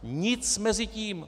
Nic mezi tím.